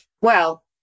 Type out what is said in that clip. well-